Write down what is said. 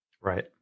Right